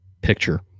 picture